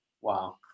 wow